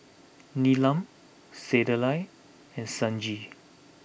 Neelam Sunderlal and Sanjeev